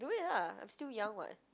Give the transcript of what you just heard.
do it lah I'm still young [what]